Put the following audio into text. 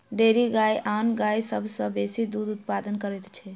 dairy गाय आन गाय सभ सॅ बेसी दूध उत्पादन करैत छै